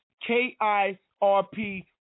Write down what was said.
K-I-R-P